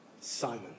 Simon